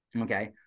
Okay